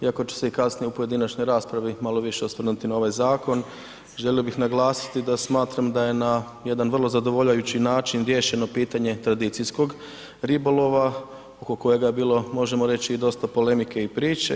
Iako ću se i kasnije u pojedinačnoj raspravi malo više osvrnuti na ovaj zakon želio bih naglasiti da smatram da je na jedan vrlo zadovoljavajući način riješeno pitanje tradicijskog ribolova oko kojega je bilo možemo reći i dosta polemike i priče.